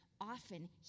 often